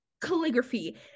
calligraphy